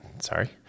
Sorry